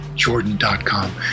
Jordan.com